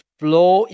flow